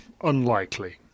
unlikely